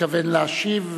מתכוון להשיב,